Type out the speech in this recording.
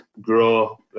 grow